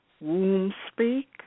womb-speak